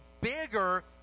bigger